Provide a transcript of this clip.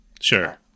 Sure